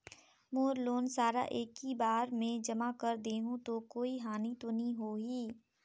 मोर loan सारा एकी बार मे जमा कर देहु तो कोई हानि तो नी होही?